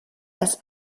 als